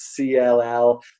CLL